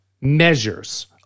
measures